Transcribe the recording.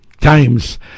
times